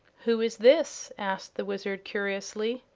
who is this? asked the wizard, curiously.